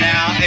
Now